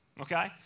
okay